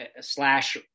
slash